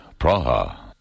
Praha